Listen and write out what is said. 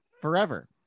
forever